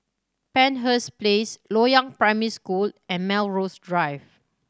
Penshurst Place Loyang Primary School and Melrose Drive